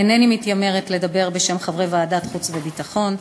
אינני מתיימרת לדבר בשם ועדת חוץ וביטחון,